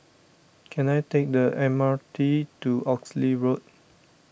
can I take the M R T to Oxley Road